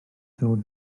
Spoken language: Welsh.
ddod